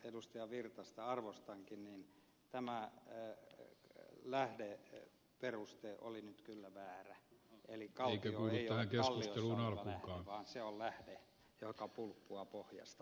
pertti virtasta arvostankin tämä lähdeperuste oli nyt kyllä väärä eli kaltio ei ole kalliossa oleva lähde vaan se on lähde joka pulppuaa pohjasta